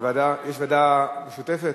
לוועדה המשותפת.